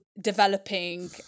developing